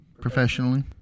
professionally